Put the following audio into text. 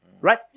Right